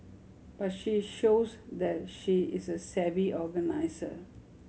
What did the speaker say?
but she shows that she is a savvy organiser